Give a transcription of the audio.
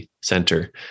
center